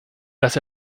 dass